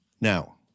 now